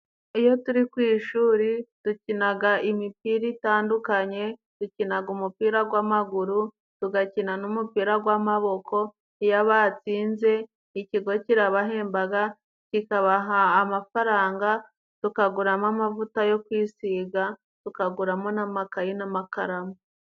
Iyo turi ku ishuri dukinaga imipira itandukanye, dukinaga umupira gw'amaguru, tugakina n'umupira gw'amaboko. Iyo batsinze ikigo kirabahembaga kikabaha amafaranga tukaguramo amavuta yo kwisiga tukaguramo n'amakaye n'amakaramu.